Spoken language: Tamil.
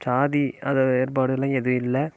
ஜாதி அதை வேறுபாடுலாம் எதுவும் இல்லை